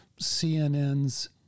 CNN's